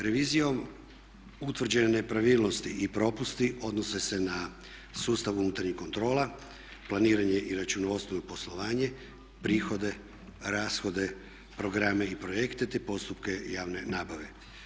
Revizijom utvrđene nepravilnosti i propusti odnose se na sustav unutarnjih kontrola, planiranje i računovodstvo ili poslovanje, prihode, rashode, programe i projekte te postupke javne nabave.